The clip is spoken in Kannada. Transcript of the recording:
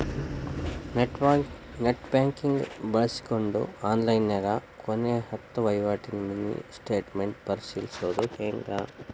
ನೆಟ್ ಬ್ಯಾಂಕಿಂಗ್ ಬಳ್ಸ್ಕೊಂಡ್ ಆನ್ಲೈನ್ಯಾಗ ಕೊನೆ ಹತ್ತ ವಹಿವಾಟಿನ ಮಿನಿ ಸ್ಟೇಟ್ಮೆಂಟ್ ಪರಿಶೇಲಿಸೊದ್ ಹೆಂಗ